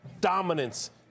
dominance